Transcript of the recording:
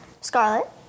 Scarlet